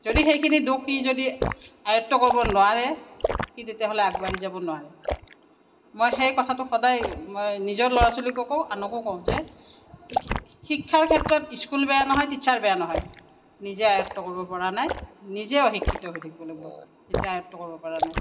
যদি সেইখিনি দোষ সি যদি আয়ত্ব কৰিব নোৱাৰে সি তেতিয়াহ'লে আগবাঢ়ি যাব নোৱাৰে মই সেই কথাটো সদায় মই নিজৰ ল'ৰা ছোৱালীকো কওঁ আনকো কওঁ যে শিক্ষাৰ ক্ষেত্ৰত স্কুল বেয়া নহয় টিচাৰ বেয়া নহয় নিজে আয়ত্ব কৰিব পৰা নাই নিজে অশিক্ষিত হৈ থাকিব লাগিব যেতিয়া আয়ত্ব কৰিব পৰা নাই